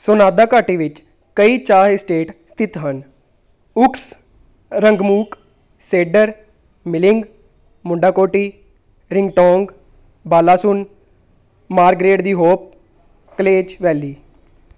ਸੋਨਾਦਾ ਘਾਟੀ ਵਿੱਚ ਕਈ ਚਾਹ ਇਸਟੇਟ ਸਥਿਤ ਹਨ ਉਕਸ ਰੰਗਮੂਕ ਸੇਡਰ ਮਿਲਿੰਗ ਮੁੰਡਾਕੋਟੀ ਰਿੰਗਟੋਂਗ ਬਾਲਾਸੁਨ ਮਾਰਗਰੇਟ ਦੀ ਹੋਪ ਕਲੇਜ ਵੈਲੀ